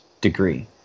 degree